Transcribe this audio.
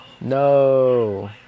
no